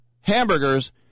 hamburgers